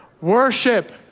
worship